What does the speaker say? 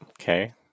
Okay